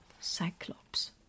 Cyclops